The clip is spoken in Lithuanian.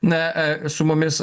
na su mumis